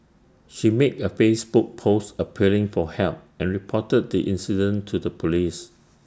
she made A Facebook post appealing for help and reported the incident to the Police